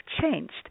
changed